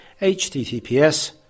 https